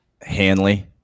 Hanley